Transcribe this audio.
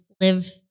live